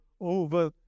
over